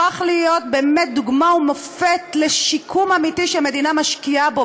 הפך להיות באמת דוגמה ומופת לשיקום אמיתי שמדינה משקיעה בו,